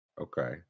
Okay